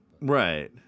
Right